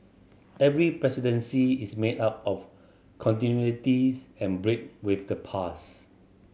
every presidency is made up of continuities and break with the past